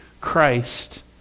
Christ